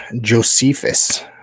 Josephus